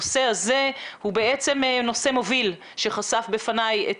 הנושא הזה הוא נושא מוביל שחשף בפני את